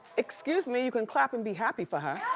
excuse me, you can clap and be happy for her.